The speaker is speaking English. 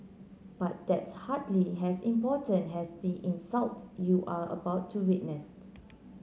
but that's hardly as important as the insult you are about to witnessed